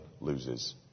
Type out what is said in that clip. loses